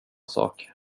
sak